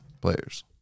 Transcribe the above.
players